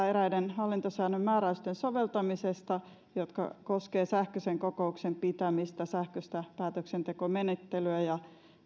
eräiden hallintosäännön määräysten soveltamisesta jotka koskevat sähköisen kokouksen pitämistä sähköistä päätöksentekomenettelyä ja